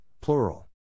plural